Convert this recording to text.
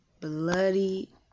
bloody